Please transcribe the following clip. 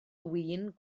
win